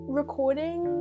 recording